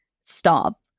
stop